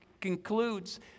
concludes